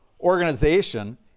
Organization